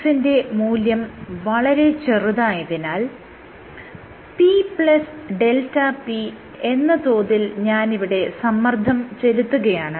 δx ന്റെ മൂല്യം വളരെ ചെറുതായതിനാൽ pδp എന്ന തോതിൽ ഞാനിവിടെ സമ്മർദ്ദം ചെലുത്തുകയാണ്